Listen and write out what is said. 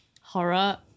horror